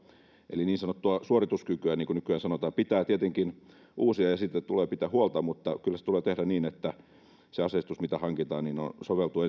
eli niin sanottua suorituskykyä niin kuin nykyään sanotaan pitää tietenkin uusia ja siitä tulee pitää huolta mutta kyllä se tulee tehdä niin että se aseistus mitä hankitaan soveltuu